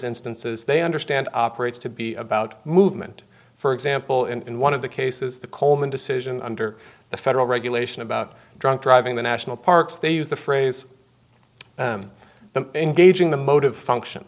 instances they understand operates to be about movement for example in one of the cases the colman decision under the federal regulation about drunk driving the national parks they use the phrase the engaging the mode of function